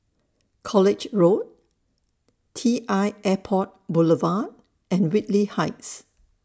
College Road T L Airport Boulevard and Whitley Heights